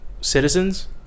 citizens